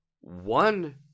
one